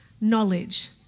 knowledge